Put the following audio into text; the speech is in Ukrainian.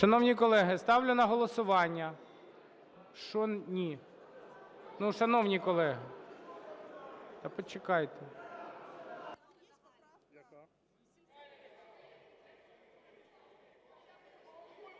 Шановні колеги, ставлю на голосування… Що ні? Ну, шановні колеги. Та почекайте.